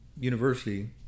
university